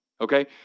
Okay